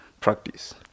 practice